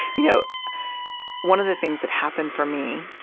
you know one of the things that happened for me,